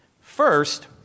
First